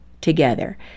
together